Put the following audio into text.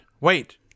wait